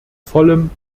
vollem